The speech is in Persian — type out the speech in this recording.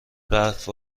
برف